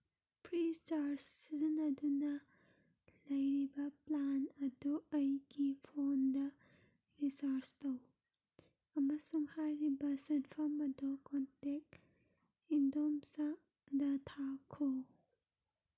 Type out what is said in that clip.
free charge ꯁꯤꯖꯤꯟꯅꯗꯨꯅ ꯂꯩꯔꯤꯕ plan ꯑꯗꯨ ꯑꯩꯒꯤ ꯐꯣꯟꯗ ꯔꯤꯆꯥꯔꯖ ꯇꯧ ꯑꯃꯁꯨꯡ ꯍꯥꯏꯔꯤꯕ ꯁꯦꯟꯐꯝ ꯑꯗꯨ ꯀꯣꯟꯇꯦꯛ ꯏꯟꯗꯣꯝꯆꯥꯗ ꯊꯥꯈꯣ